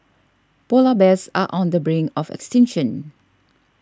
Polar Bears are on the brink of extinction